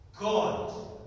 God